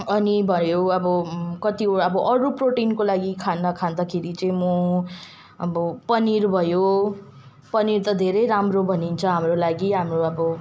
अनि भयो अब कति अब अरू प्रोटिनको लागि खाना खाँदाखेरि चाहिँ म अब पनिर भयो पनिर त धेरै राम्रो भनिन्छ हाम्रो लागि हाम्रो अब